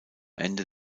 ende